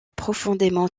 profondément